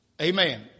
Amen